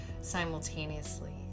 simultaneously